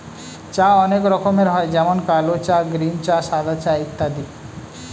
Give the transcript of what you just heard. চা অনেক রকমের হয় যেমন কালো চা, গ্রীন চা, সাদা চা ইত্যাদি